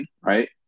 right